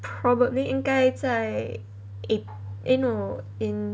probably 应该在 apr~ eh no in